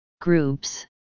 Groups